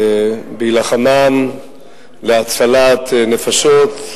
בהילחמם להצלת נפשות,